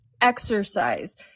Exercise